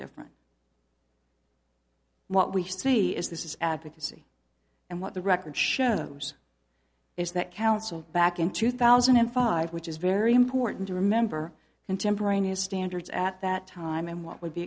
different what we see is this is advocacy and what the record shows is that council back in two thousand and five which is very important to remember contemporaneous standards at that time and what would be